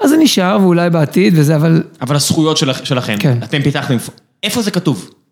אז זה נשאר ואולי בעתיד וזה אבל.. אבל הזכויות שלכם, אתם פיתחתם.. איפה זה כתוב?